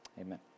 Amen